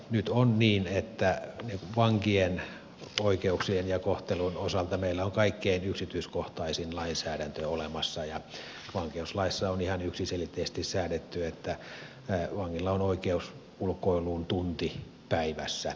nyt on niin että vankien oikeuksien ja kohtelun osalta meillä on kaikkein yksityiskohtaisin lainsäädäntö olemassa ja vankeuslaissa on ihan yksiselitteisesti säädetty että vangilla on oikeus ulkoiluun tunti päivässä